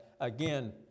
Again